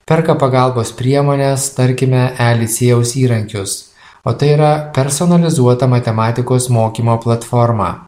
perka pagalbos priemones tarkime e licėjaus įrankius o tai yra personalizuota matematikos mokymo platforma